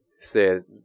says